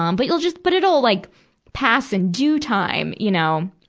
um but you'll just, but it'll like pass in due time, you know.